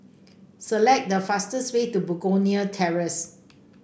select the fastest way to Begonia Terrace